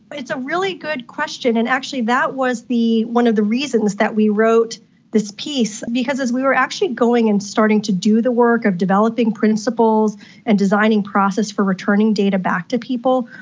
but it's a really good question, and actually that was one of the reasons that we wrote this piece because as we were actually going and starting to do the work of developing principles and designing process for returning data back to people,